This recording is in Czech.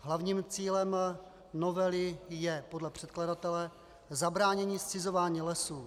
Hlavním cílem novely je podle předkladatele zabránění zcizování lesů.